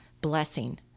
blessing